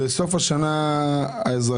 בסוף השנה האזרחית,